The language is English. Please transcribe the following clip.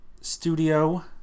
studio